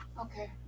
Okay